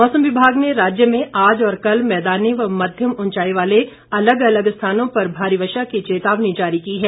मौसम विभाग ने राज्य में आज और कल मैदानी व मध्यम ऊंचाई वाले अलग अलग स्थानों पर भारी वर्षा की चेतावनी जारी की है